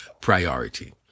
Priority